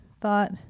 thought